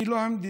אני לא המדינה,